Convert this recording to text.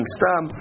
Stam